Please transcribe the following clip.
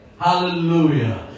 Hallelujah